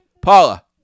Paula